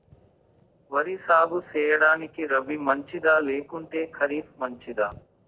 వరి సాగు సేయడానికి రబి మంచిదా లేకుంటే ఖరీఫ్ మంచిదా